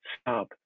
stop